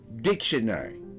Dictionary